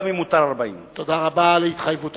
גם אם מותר 40. תודה רבה על התחייבותך.